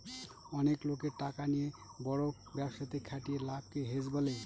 অনেক লোকের টাকা নিয়ে বড় ব্যবসাতে খাটিয়ে লাভকে হেজ বলে